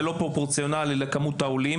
זה לא פרופורציונלי לכמות העולים.